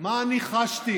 מה אני חשתי,